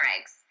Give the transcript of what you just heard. eggs